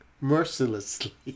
mercilessly